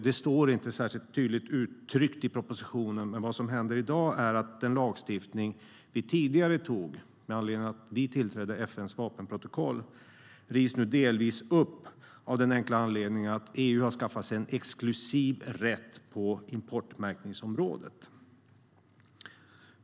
Det står inte särskilt tydligt uttryckt i propositionen, men vad som händer i dag är att den lagstiftning vi tidigare antog med anledning av att vi tillträdde FN:s vapenprotokoll delvis rivs upp av den enkla anledningen att EU har skaffat sig exklusiv rätt på importmärkningsområdet.